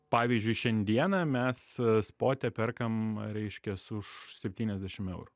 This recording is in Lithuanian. pavyzdžiui šiandieną mes spote perkam reiškias už septyniasdešim eurų